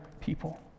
people